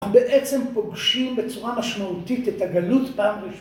‫בעצם פוגשים בצורה משמעותית ‫את הגלות פעם ראשו...